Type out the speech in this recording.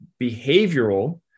behavioral